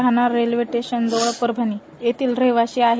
राहणार रेल्वे स्टेशनजवळ परभणी येथील रहिवाशी आहे